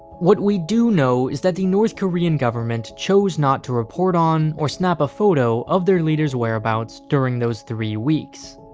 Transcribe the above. what we do know is that the north korean government chose not to report report on, or snap a photo of their leader's whereabouts during those three weeks.